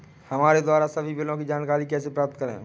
हमारे द्वारा सभी बिलों की जानकारी कैसे प्राप्त करें?